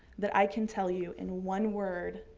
that i can tell you in one word,